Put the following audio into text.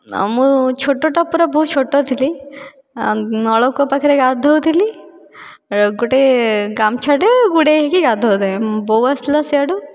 ମୁଁ ଛୋଟଟା ପୁରା ବହୁତ ଛୋଟ ଥିଲି ନଳକୂଅ ପାଖରେ ଗାଧୋଉଥିଲି ଗୋଟେ ଗାମୁଛାଟେ ଗୁଡ଼ାଇହୋଇକି ଗାଧୋଉଥିଲି ମୋ ବୋଉ ଆସିଲା ସେଆଡ଼ୁ